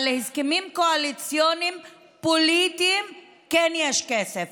אבל להסכמים קואליציוניים פוליטיים יש כסף,